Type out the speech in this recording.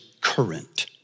current